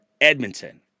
Edmonton